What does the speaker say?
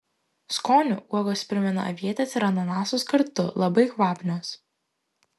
skoniu uogos primena avietes ir ananasus kartu labai kvapnios